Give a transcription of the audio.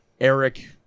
Eric